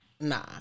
Nah